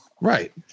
Right